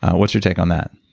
what's your take on that?